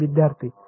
विद्यार्थी 1